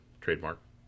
trademark